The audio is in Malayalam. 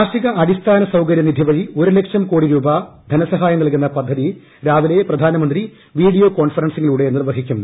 കാർഷിക അടിസ്ഥാന സൌകര്യ നിധി വഴി ഒരുലക്ഷം കോടി രൂപ ധനസഹായം നൽകുന്ന പദ്ധതി രാവിലെ പ്രധാനമന്ത്രി വീഡിയോ കോൺറൻസിലൂടെ നിർവഹിക്കും